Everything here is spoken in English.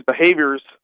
behaviors